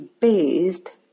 based